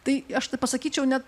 tai aš taip pasakyčiau net